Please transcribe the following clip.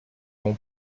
mon